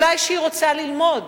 אולי שהיא רוצה ללמוד,